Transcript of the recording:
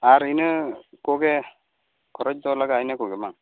ᱟᱨ ᱤᱱᱟᱹ ᱠᱚᱜᱮ ᱠᱷᱚᱨᱚᱡ ᱫᱚ ᱞᱟᱜᱟᱜᱼᱟ ᱤᱱᱟᱹ ᱠᱚᱜᱮ ᱵᱟᱝ